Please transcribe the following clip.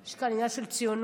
יש כאן עניין של ציונות,